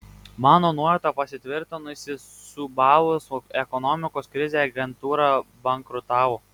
mano nuojauta pasitvirtino įsisiūbavus ekonomikos krizei agentūra bankrutavo